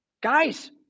Guys